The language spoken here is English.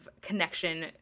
connection